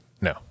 No